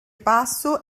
passo